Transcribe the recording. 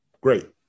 great